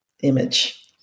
image